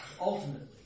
ultimately